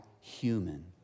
human